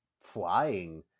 flying